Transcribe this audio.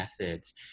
methods